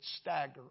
stagger